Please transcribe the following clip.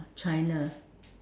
China